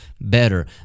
better